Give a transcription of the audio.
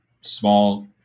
small